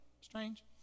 strange